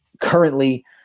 currently